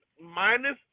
minus